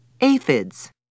aphids